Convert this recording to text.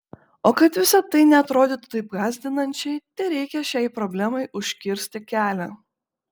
o kad visa tai neatrodytų taip gąsdinančiai tereikia šiai problemai užkirsti kelią